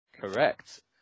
Correct